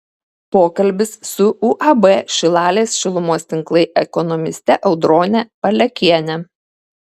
pokalbis su uab šilalės šilumos tinklai ekonomiste audrone palekiene